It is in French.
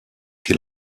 qui